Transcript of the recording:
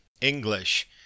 English